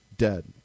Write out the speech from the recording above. dead